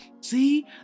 See